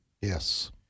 Yes